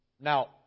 Now